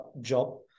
job